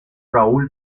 raúl